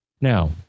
Now